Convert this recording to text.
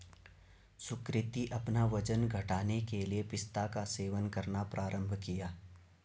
सुकृति अपना वजन घटाने के लिए पिस्ता का सेवन करना प्रारंभ किया